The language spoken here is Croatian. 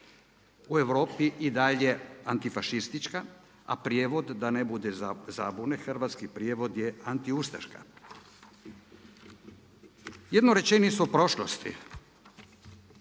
u Europi i dalje antifašistička a prijevod da ne bude zabune, hrvatski prijevod je antiustaška. Jednu rečenicu prošlosti,